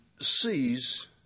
sees